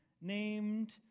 named